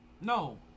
No